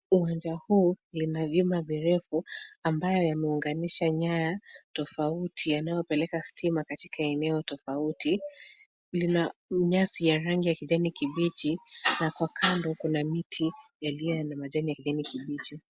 Uwanja huu lina vyuma virefu ambayo yameunganisha nyaya tofauti yanayopeleka stima katika eneo tofauti, lina nyasi ya rangi ya kijani kibichi na kwa kando kuna miti yaliyo na majani ya kijani kibichi.